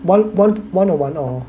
one one one on one or